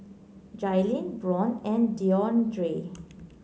Jailyn Byron and Deondre